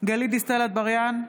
גלית דיסטל אטבריאן,